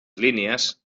línies